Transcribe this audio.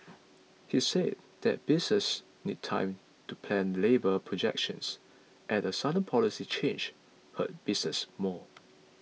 he said that businesses need time to plan labour projections and a sudden policy change hurt businesses more